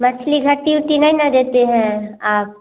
मछली घट्टी उट्टी नय न देते हैं आप